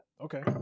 okay